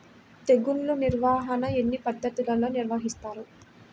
తెగులు నిర్వాహణ ఎన్ని పద్ధతులలో నిర్వహిస్తారు?